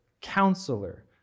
counselor